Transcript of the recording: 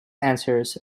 answers